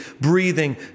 breathing